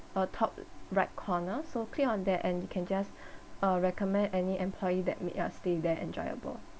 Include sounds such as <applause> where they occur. uh top right corner so click on that and you can just <breath> uh recommend any employee that make your stay there enjoyable